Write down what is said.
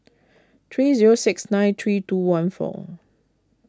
three zero six nine three two one four